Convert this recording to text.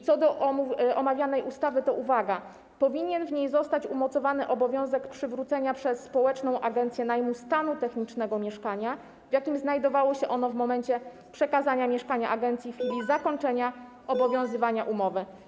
Co do omawianej ustawy to, uwaga, powinien w niej zostać umocowany obowiązek przywrócenia przez społeczną agencję najmu stanu technicznego mieszkania, w jakim znajdowało się ono w momencie przekazania mieszkania agencji w chwili zakończenia obowiązywania umowy.